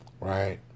right